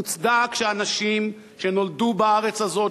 מוצדק שאנשים שנולדו בארץ הזאת,